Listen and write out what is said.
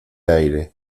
aire